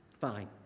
fine